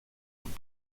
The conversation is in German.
und